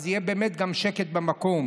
אז יהיה באמת גם שקט במקום.